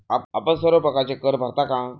आपण सर्व प्रकारचे कर भरता का?